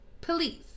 police